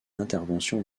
l’intervention